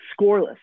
scoreless